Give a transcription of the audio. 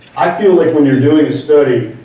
i feel like when you're doing a study,